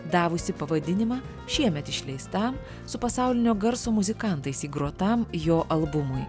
davusi pavadinimą šiemet išleistam su pasaulinio garso muzikantais įgrotam jo albumui